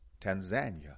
Tanzania